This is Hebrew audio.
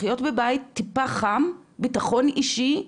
לחיות בבית טיפה חם, ביטחון אישי,